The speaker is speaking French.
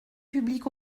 publique